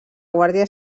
guàrdia